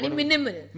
minimal